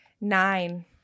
Nine